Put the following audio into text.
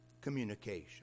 communication